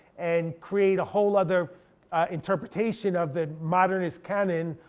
and create a whole other interpretation of the modernist canon,